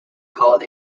called